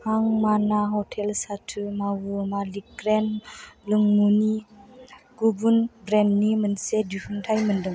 आं मान्ना हथेल साथु मावु मालिकग्रेन लोंमुनि गुबुन ब्रेन्डनि मोनसे दिहुनथाइ मोनदों